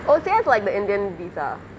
oh they have like the indian visa